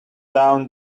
down